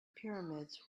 pyramids